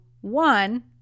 one